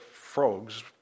frogs